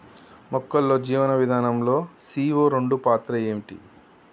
మొక్కల్లో జీవనం విధానం లో సీ.ఓ రెండు పాత్ర ఏంటి?